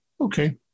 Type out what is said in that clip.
Okay